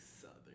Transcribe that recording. Southern